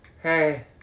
Hey